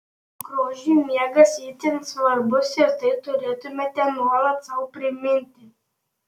grožiui miegas itin svarbus ir tai turėtumėte nuolat sau priminti